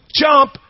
jump